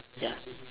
ya